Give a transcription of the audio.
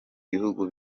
bihugu